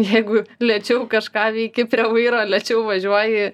jeigu lėčiau kažką veiki prie vairo lėčiau važiuoji